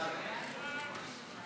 ההסתייגות